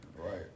Right